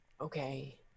Okay